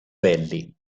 belli